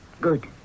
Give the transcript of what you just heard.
Good